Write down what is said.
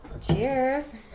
Cheers